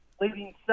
leading